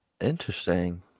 Interesting